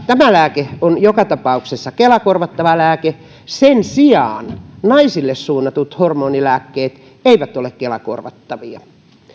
tämä lääke on joka tapauksessa kela korvattava lääke sen sijaan naisille suunnatut hormonilääkkeet eivät ole kela korvattavia